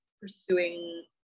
pursuing